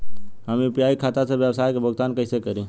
हम यू.पी.आई खाता से व्यावसाय के भुगतान कइसे करि?